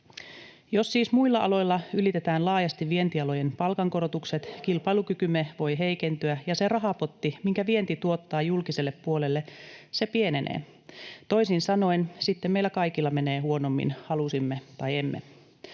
Jos siis muilla aloilla ylitetään laajasti vientialojen palkankorotukset, kilpailukykymme voi heikentyä ja se rahapotti, minkä vienti tuottaa julkiselle puolelle, pienenee. Toisin sanoen sitten meillä kaikilla menee huonommin, halusimme tai emme.